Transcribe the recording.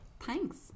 Thanks